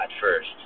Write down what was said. first